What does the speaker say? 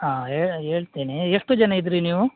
ಹಾಂ ಹೇಳ್ತೇನೆ ಎಷ್ಟು ಜನ ಇದ್ದಿರಿ ನೀವು